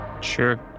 Sure